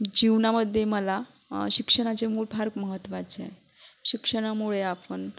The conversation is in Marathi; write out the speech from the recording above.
जीवनामध्ये मला शिक्षणाचे मोल फार महत्त्वाचे आहे शिक्षणामुळे आपण